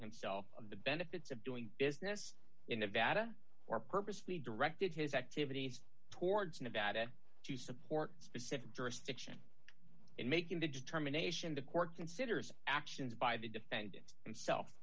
himself of the benefits of doing business in nevada or purposely directed his activities towards nevada to support specific jurisdiction in making the determination the court considers actions by the defendant himself